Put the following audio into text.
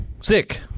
Sick